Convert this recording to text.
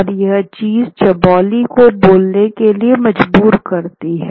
और यह चीज़ चौबोली को बोलने के लिए मजबूर करती है